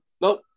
No